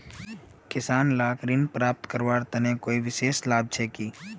किसान लाक ऋण प्राप्त करवार तने कोई विशेष लाभ छे कि?